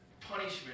punishment